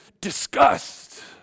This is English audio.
disgust